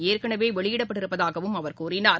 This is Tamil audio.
ஏற்கனவேவெளியிடப்பட்டு இருப்பதாகவும் அவர் கூறினார்